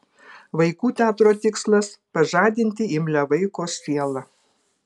vaikų teatro tikslas pažadinti imlią vaiko sielą